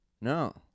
No